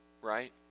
right